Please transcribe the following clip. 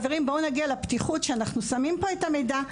בואו נגיע לפתיחות בה אנחנו שמים פה את המידע,